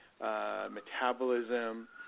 metabolism